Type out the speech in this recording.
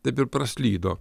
taip ir praslydo